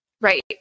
Right